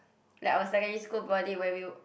like our secondary school body where we